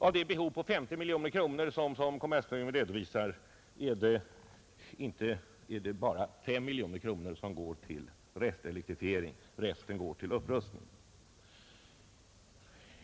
Av det behov på 50 miljoner kronor som kommerskollegium redovisar är det bara 5 miljoner kronor som går till restelektrifiering, resten går till upprustning.